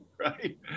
right